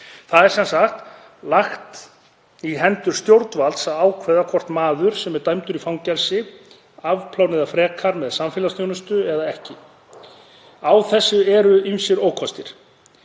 Það er sem sagt á valdi stjórnvalds að ákveða hvort maður sem er dæmdur í fangelsi afpláni það frekar með samfélagsþjónustu eða ekki. Á þessu eru ýmsir ókostir.